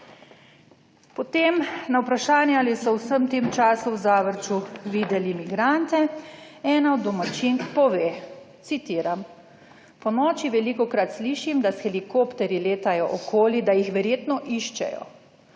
Potem na vprašanje, ali so v vsem tem času v Zavrču videli migrante. Ena od domačink pove, citiram: »Ponoči velikokrat slišim, da s helikopterji letajo okoli, da jih verjetno iščejo,